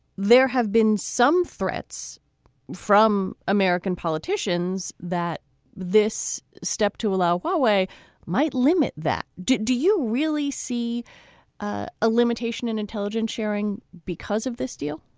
there have been some threats from american politicians that this step to allow one way might limit that. do do you really see a limitation in intelligence sharing because of this deal?